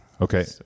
Okay